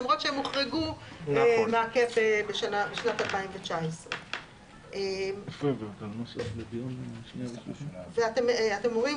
למרות שהם הוחרגו בשנת 2019. אתם אומרים